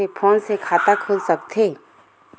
Phone से खाता खुल सकथे?